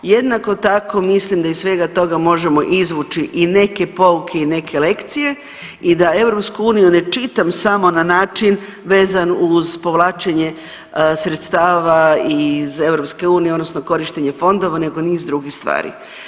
Jednako tako, mislim da iz svega toga možemo izvući i neke pouke i neke lekcije i da EU ne čitam samo na način vezan uz povlačenje sredstava iz EU odnosno korištenja fondova nego niz drugih stvari.